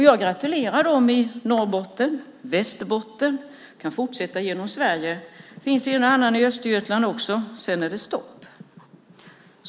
Jag gratulerar dem i Norrbotten och i Västerbotten, och jag kan fortsätta genom Sverige. Det finns en och annan i Östergötland också, men sedan är det stopp.